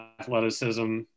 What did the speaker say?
athleticism